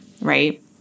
right